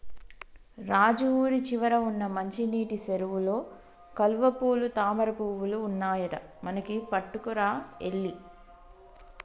రాజు ఊరి చివర వున్న మంచినీటి సెరువులో కలువపూలు తామరపువులు ఉన్నాయట మనకి పట్టుకురా ఎల్లి